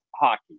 hockey